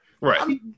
right